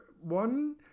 one